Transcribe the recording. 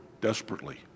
desperately